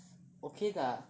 okay bah